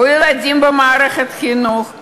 או ילדים במערכת חינוך,